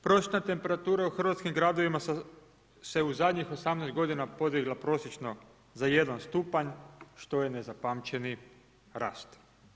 Prosječna temperatura u hrvatskim gradovima se u zadnjih 18 godina podigla prosječno za 1 stupanj, što je nezapamćeni rast.